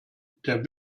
der